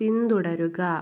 പിന്തുടരുക